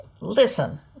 listen